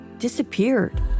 disappeared